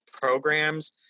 programs